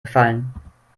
gefallen